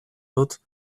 dut